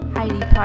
Heidi